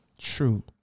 true